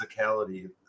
physicality